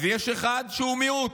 אז יש אחד שהוא מיעוט.